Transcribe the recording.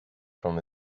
from